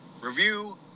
Review